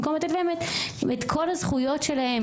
במקום לתת להם את כל הזכויות שלהם,